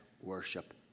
worship